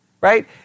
right